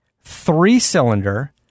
three-cylinder